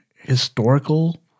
historical